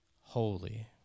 holy